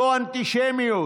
זו אנטישמיות.